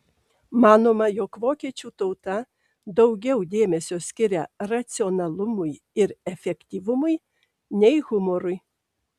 manoma jog vokiečių tauta daugiau dėmesio skiria racionalumui ir efektyvumui nei humorui